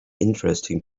interesting